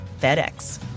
FedEx